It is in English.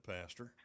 Pastor